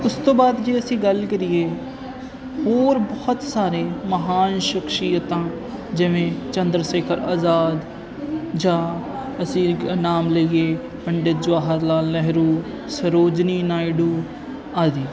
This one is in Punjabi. ਉਸ ਤੋਂ ਬਾਅਦ ਜੇ ਅਸੀਂ ਗੱਲ ਕਰੀਏ ਹੋਰ ਬਹੁਤ ਸਾਰੇ ਮਹਾਨ ਸ਼ਖਸ਼ੀਅਤਾਂ ਜਿਵੇਂ ਚੰਦਰ ਸ਼ੇਖਰ ਆਜ਼ਾਦ ਜਾਂ ਅਸੀਂ ਇੱਕ ਨਾਮ ਲਈਏ ਪੰਡਿਤ ਜਵਾਹਰ ਲਾਲ ਨਹਿਰੂ ਸਰੋਜਨੀ ਨਾਇਡੂ ਆਦਿ